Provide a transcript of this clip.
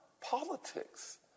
politics